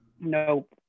Nope